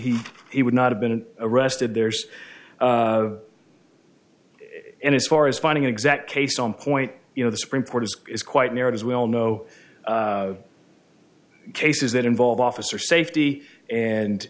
he would not have been arrested there's and as far as finding an exact case on point you know the supreme court is quite near it as we all know cases that involve officer safety and